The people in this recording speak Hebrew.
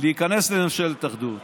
להיכנס לממשלת אחדות